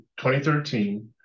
2013